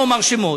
לא אומר שמות.